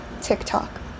TikTok